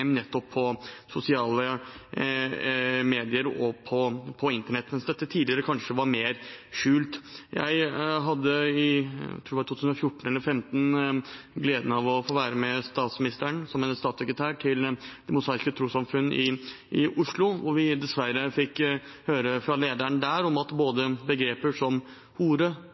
nettopp på sosiale medier og på internett, mens dette tidligere kanskje var mer skjult. Jeg hadde, jeg tror det var i 2014 eller i 2015, gleden av å få være med statsministeren som hennes statssekretær til Det Mosaiske Trossamfunn i Oslo, hvor vi dessverre fikk høre fra lederen der at begreper som